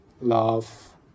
love –